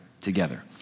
together